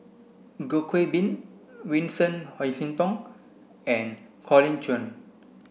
Goh Qiu Bin Vincent Hoisington and Colin Cheong